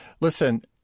Listen